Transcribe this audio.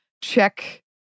check